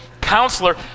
counselor